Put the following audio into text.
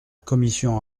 commission